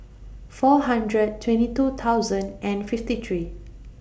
four hundred twenty two thousand and fifty three